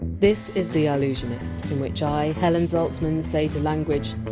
this is the allusionist, in which i, helen zaltzman, say to language!